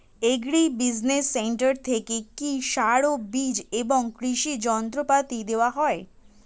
Agri business centre থেকে কি সার ও বিজ এবং কৃষি যন্ত্র পাতি দেওয়া হয়?